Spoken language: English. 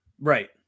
Right